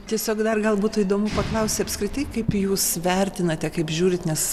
tiesiog dar gal būtų įdomu paklausti apskritai kaip jūs vertinate kaip žiūrit nes